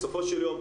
בסופו של יום,